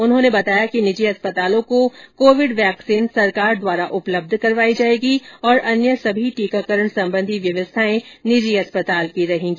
उन्होंने बताया कि निजी अस्पतालों को कोविड वैक्सीन सरकार द्वारा उपलब्ध करवायी जाएगी और अन्य सभी टीकाकरण सम्बन्धी व्यवस्थाये निजी अस्पताल की रहेगी